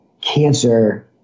cancer